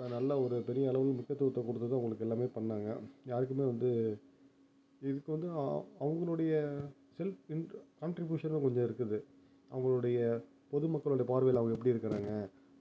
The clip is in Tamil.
இப்போ நல்ல ஒரு பெரிய அளவில முக்கியத்துவத்தை கொடுத்து தான் அவங்களுக்கு எல்லாமே பண்ணாங்க யாருக்குமே வந்து இதுக்கு வந்து அ அவங்களுடைய செல்ஃப் இன் கான்ட்ரிபியூஷனும் இதில் இருக்குது அவங்களுடைய பொதுமக்களோட பார்வையில் அவங்க எப்படி இருக்குறாங்க